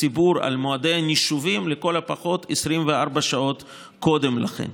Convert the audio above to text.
הציבור על מועדי הנישובים לכל הפחות 24 שעות קודם לכן.